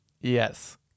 Yes